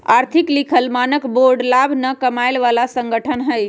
आर्थिक लिखल मानक बोर्ड लाभ न कमाय बला संगठन हइ